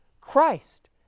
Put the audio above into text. Christ